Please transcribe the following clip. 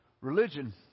Religion